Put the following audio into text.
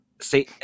See